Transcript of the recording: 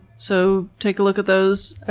so take a look at those.